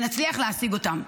ונצליח להשיג אותם.